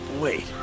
Wait